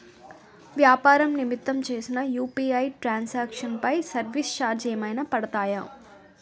వ్యాపార నిమిత్తం చేసిన యు.పి.ఐ ట్రాన్ సాంక్షన్ పై సర్వీస్ చార్జెస్ ఏమైనా పడతాయా?